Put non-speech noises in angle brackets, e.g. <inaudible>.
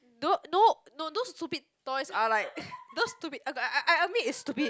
no no no those stupid toys are like <noise> those stupid okay I I I admit is stupid